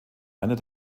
einer